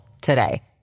today